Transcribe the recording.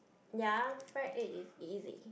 ya fried egg is easy